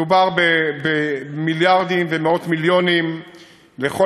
מדובר במיליארדים ומאות מיליונים לכל